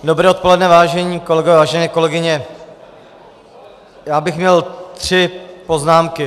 Dobré odpoledne, vážení kolegové, vážené kolegyně, měl bych tři poznámky.